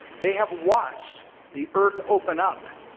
they have watched the earth open up